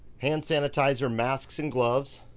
hand sanitizer, masks, and gloves.